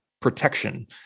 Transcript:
protection